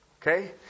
Okay